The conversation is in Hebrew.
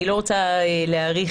אני לא רוצה להאריך.